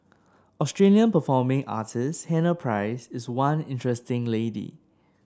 Australian performing artist Hannah Price is one interesting lady